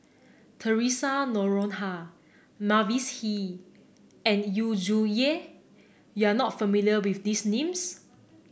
Theresa Noronha Mavis Hee and Yu Zhuye you are not familiar with these names